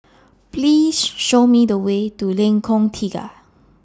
Please Show Me The Way to Lengkong Tiga